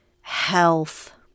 health